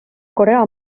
korea